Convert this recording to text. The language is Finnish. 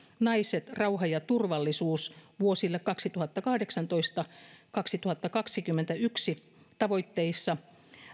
naiset rauha ja turvallisuus vuosille kaksituhattakahdeksantoista viiva kaksituhattakaksikymmentäyksi tavoitteissa